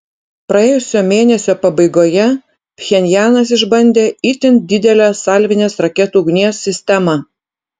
praėjusio mėnesio pabaigoje pchenjanas išbandė itin didelę salvinės raketų ugnies sistemą